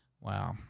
wow